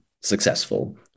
successful